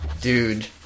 Dude